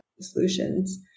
solutions